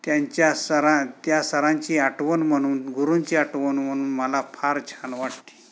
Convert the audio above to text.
त्यांच्या सरा त्या सरांची आठवण म्हणून गुरुंची आठवण म्हनून मला फार छान वाटते